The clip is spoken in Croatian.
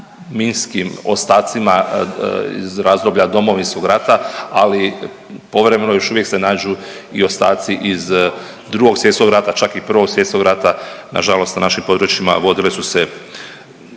minskim ostacima iz razdoblja Domovinskog rata, ali povremeno još uvijek se nađu i ostaci iz Drugog svjetskog rata, čak i Prvog svjetskog rata, nažalost na našim područjima vodile su se